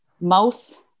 mouse